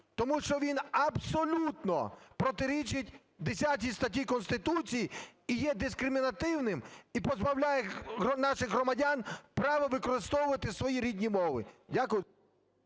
тому що він абсолютно протирічить 10 статті Конституції і є дисркримінативним, і позбавляє наших громадян право використовувати свої рідні мови. Дякую.